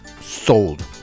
Sold